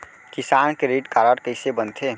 किसान credit card कइसे बनथे?